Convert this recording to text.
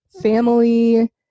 family